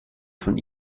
von